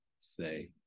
say